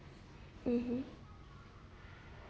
mmhmm